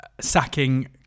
sacking